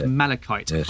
malachite